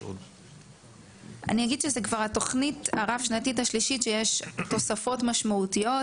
אני אגיד שזו כבר התוכנית הרב-שנתית השלישית שיש תוספות משמעותיות